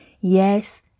yes